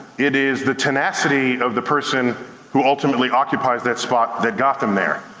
it is the tenacity of the person who ultimately occupies that spot that got them there.